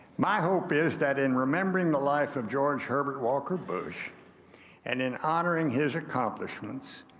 my hope is that in remembering the life of george herbert walker bush and in honoring his accomplishments,